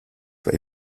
bei